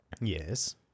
Yes